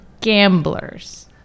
gamblers